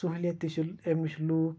سہوٗلیت تہِ چھِ امِچ لوٗکھ